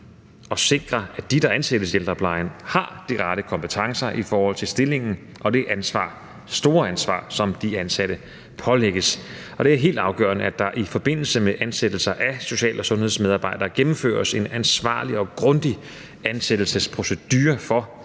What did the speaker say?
at sikre, at de, der ansættes i ældreplejen, har de rette kompetencer i forhold til stillingen og det store ansvar, som de ansatte pålægges. Og det er helt afgørende, at der i forbindelse med ansættelsen af social- og sundhedsmedarbejdere gennemføres en ansvarlig og grundig ansættelsesprocedure for herigennem